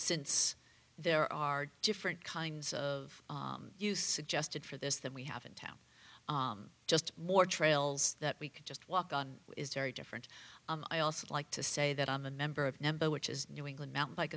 since there are different kinds of use suggested for this than we have in town just more trails that we could just walk on is very different i also like to say that i'm a member of number which is new england mountain bike